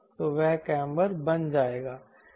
तो वह काम्बर बन जाएगा